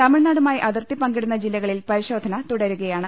തമിഴ്നാടുമായി അതിർത്തി പങ്കിടുന്ന ജില്ലകളിൽ പരിശോധന തുടരുകയാണ്